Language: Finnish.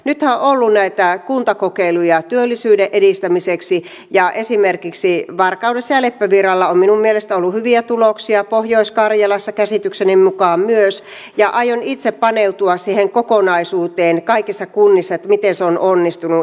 nythän on ollut näitä kuntakokeiluja työllisyyden edistämiseksi ja esimerkiksi varkaudessa ja leppävirralla on minun mielestäni ollut hyviä tuloksia pohjois karjalassa käsitykseni mukaan myös ja aion itse paneutua siihen kokonaisuuteen kaikissa kunnissa että miten se on onnistunut